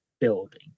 building